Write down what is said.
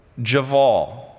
Javal